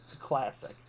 classic